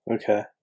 Okay